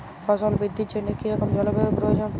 ফসল বৃদ্ধির জন্য কী রকম জলবায়ু প্রয়োজন?